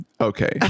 Okay